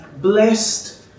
blessed